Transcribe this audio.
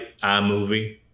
iMovie